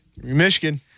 Michigan